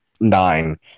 nine